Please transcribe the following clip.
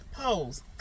Pose